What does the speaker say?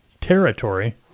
territory